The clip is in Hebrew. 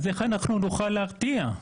אז איך אנחנו נוכל להרתיע?